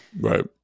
Right